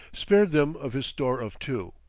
spared them of his store of two.